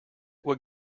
what